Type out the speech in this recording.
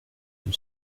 when